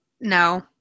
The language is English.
No